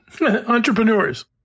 Entrepreneurs